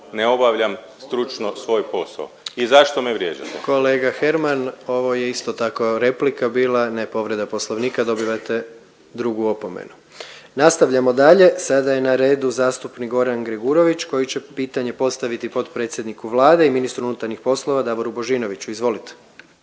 ne obavljam stručno svoj posao i zašto me vrijeđate. **Jandroković, Gordan (HDZ)** Kolega Herman ovo je isto tako replika bila, a ne povreda Poslovnika, dobivate drugu opomenu. **Jandroković, Gordan (HDZ)** Nastavljamo dalje, sada je na redu zastupnik Zoran Gregurović koji će pitanje postaviti potpredsjedniku Vlade i ministru unutarnjih poslova Davoru Božinoviću. Izvolite.